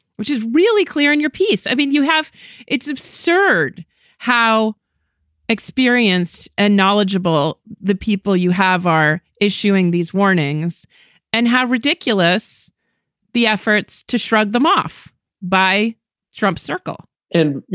which is really clear in your piece. i mean, you have it's absurd how experienced and knowledgeable the people you have are issuing these warnings and how ridiculous the efforts to shrug them off by trump circle and, you